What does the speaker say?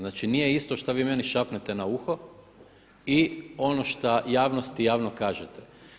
Znači nije isto šta vi meni šapnete na uho i ono šta javnosti javno kažete.